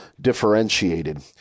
differentiated